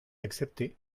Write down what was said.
accepté